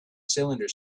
cylinder